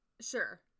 Sure